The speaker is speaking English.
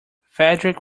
fedric